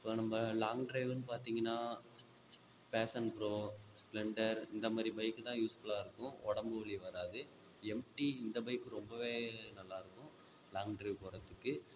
இப்போ நம்ம லாங் ட்ரைவுன்னு பார்த்திங்கன்னா பேஷன் ப்ரோ ஸ்ப்ளெண்டர் இந்த மாதிரி பைக்கு தான் யூஸ்ஃபுல்லாக இருக்கும் உடம்பு வலி வர்றாது எம்டி இந்த பைக் ரொம்பவே நல்லாருக்கும் லாங் ட்ரைவ் போகிறதுக்கு